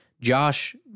Josh